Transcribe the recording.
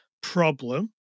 problem